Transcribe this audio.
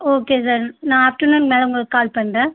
okay sir நான் afternoon மேலே உங்களுக்கு கால் பண்ணுறேன்